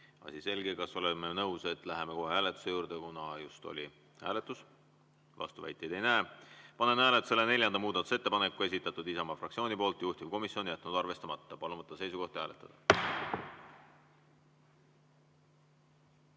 Asi selge. Kas oleme nõus, et läheme kohe hääletuse juurde, kuna just oli hääletus? Vastuväiteid ei näe. Panen hääletusele neljanda muudatusettepaneku, esitatud Isamaa fraktsiooni poolt. Juhtivkomisjon on jätnud arvestamata. Palun võtta seisukoht ja hääletada!